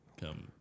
come